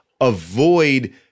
avoid